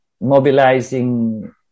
mobilizing